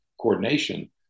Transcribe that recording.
coordination